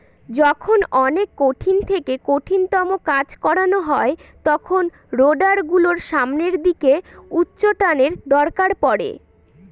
যখন অনেক কঠিন থেকে কঠিনতম কাজ করানো হয় তখন রোডার গুলোর সামনের দিকে উচ্চটানের দরকার পড়ে